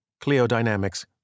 Cleodynamics